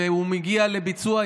והוא מגיע לביצוע.